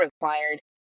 required